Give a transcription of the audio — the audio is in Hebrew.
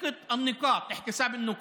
דרך הניקוד, חישוב הניקוד.)